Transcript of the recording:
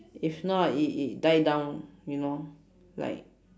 if not it it die down you know like